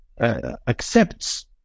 accepts